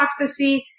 toxicity